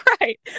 Right